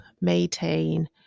maintain